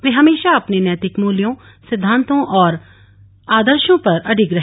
वे हमेश अपने नैतिक मूल्यों सिद्वान्तों एवं आदर्शों पर अडिग रहे